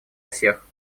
всех